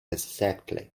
exactly